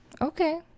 Okay